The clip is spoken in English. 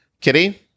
Kitty